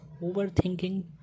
overthinking